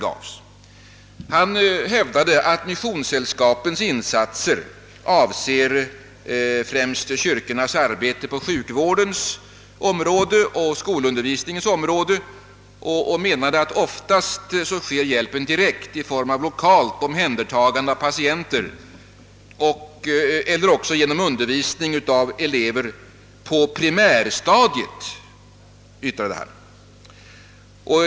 Utrikesministern hävdade att missionssällskapens insatser främst avser kyrkornas arbete på sjukvårdens och skolundervisningens område och menade, att hjälpen oftast sker i form av lokalt omhändertagande av patienter eller också genom undervisning av elever på primärstadiet.